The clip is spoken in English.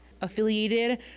affiliated